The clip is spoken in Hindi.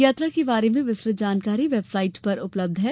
यात्रा के बारे में विस्तृत जानकारी वेबसाइट पर उपलब्ध है